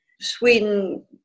Sweden